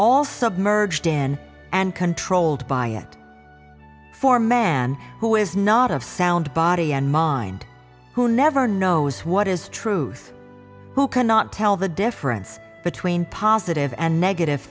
all submerged in and controlled by it for man who is not of sound body and mind who never knows what is truth who cannot tell the difference between positive and negative